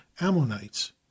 ammonites